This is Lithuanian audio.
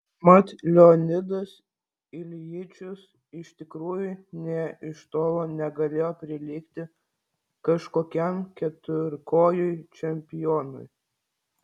mat leonidas iljičius iš tikrųjų nė iš tolo negalėjo prilygti kažkokiam keturkojui čempionui